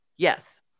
Yes